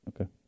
Okay